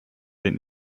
den